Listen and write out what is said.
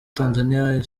tanzania